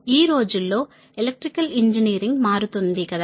ఈ రోజుల్లో electrical engineering మారుతుంది కదా